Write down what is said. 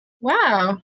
Wow